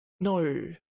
No